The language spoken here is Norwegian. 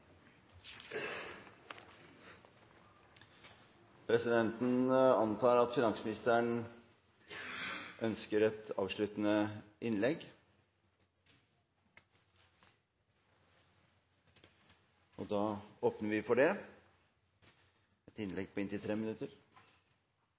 Presidenten antar at finansministeren ønsker et avsluttende innlegg – og åpner for det.